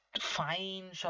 fine